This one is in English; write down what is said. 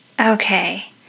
okay